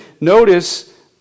Notice